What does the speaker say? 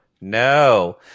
No